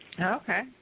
Okay